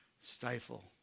stifle